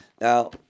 Now